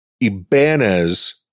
Ibanez